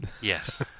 Yes